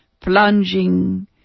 plunging